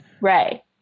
Right